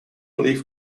leaf